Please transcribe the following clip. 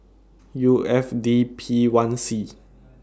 U F D P one C